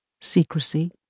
secrecy